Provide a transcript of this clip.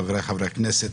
חבריי חברי הכנסת.